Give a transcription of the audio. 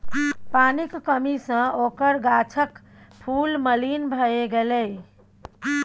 पानिक कमी सँ ओकर गाछक फूल मलिन भए गेलै